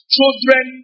Children